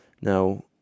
Now